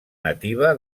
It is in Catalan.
nativa